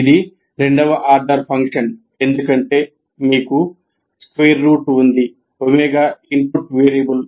ఇది రెండవ order function ఎందుకంటే మీకు స్క్వేర్ రూట్ ఉంది ఒమేగా ఇన్పుట్ వేరియబుల్